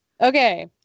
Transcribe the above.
Okay